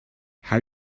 how